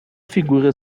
figura